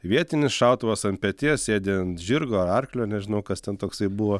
vietinis šautuvas ant peties sėdi ant žirgo arklio nežinau kas ten toksai buvo